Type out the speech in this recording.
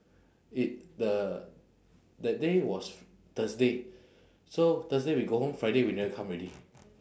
i~ the that day was thursday so thursday we go home friday we never come already